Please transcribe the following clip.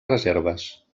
reserves